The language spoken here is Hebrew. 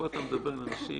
פה אתה מדבר על אנשים